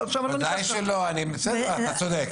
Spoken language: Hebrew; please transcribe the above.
ודאי שלא, אתה צודק.